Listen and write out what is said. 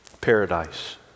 paradise